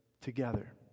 together